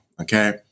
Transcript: okay